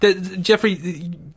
Jeffrey